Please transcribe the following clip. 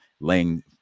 laying